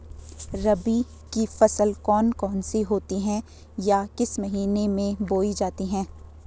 रबी की फसल कौन कौन सी होती हैं या किस महीने में बोई जाती हैं?